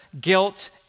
guilt